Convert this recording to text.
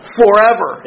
forever